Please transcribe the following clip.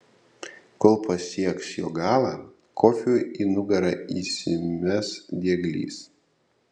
kol pasieks jo galą kofiui į nugarą įsimes dieglys